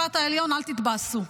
העליון, אל תתבאסו.